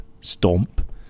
stomp